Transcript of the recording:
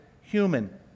human